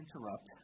interrupt